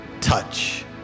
touch